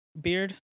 beard